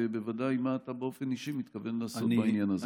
ובוודאי מה אתה באופן אישי מתכוון לעשות בעניין הזה?